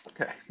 Okay